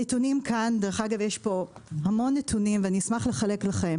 הנתונים נמצאים כאן יש פה המון נתונים ואני אשמח לחלק לכם